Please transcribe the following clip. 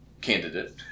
candidate